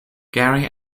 gary